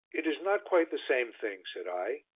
it is not quite the same thing, said i.